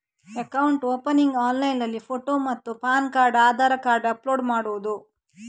Account opening ಆನ್ಲೈನ್ನಲ್ಲಿ photo ಮತ್ತು PAN card Aadhaar card upload ಮಾಡುವುದು?